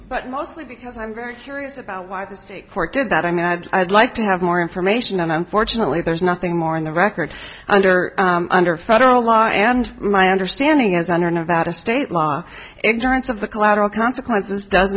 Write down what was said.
but mostly because i'm very curious about why the state court did that i mean i'd like to have more information and unfortunately there's nothing more in the record under under federal law and my understanding is under nevada state law ignorance of the collateral consequences d